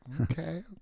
okay